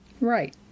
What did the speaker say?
Right